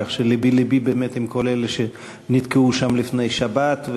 כך שלבי לבי עם כל אלה שנתקעו שם לפני שבת,